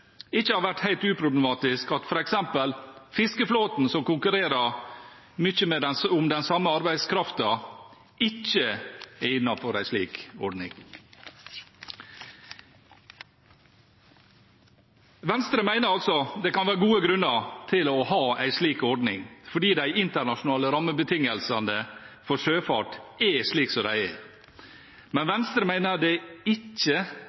ikke har vært helt uproblematisk at f.eks. fiskeflåten, som konkurrerer mye om den samme arbeidskraften, ikke er innenfor en slik ordning. Venstre mener altså det kan være gode grunner til å ha en slik ordning, fordi de internasjonale rammebetingelsene for sjøfart er slik de er, men Venstre mener det ikke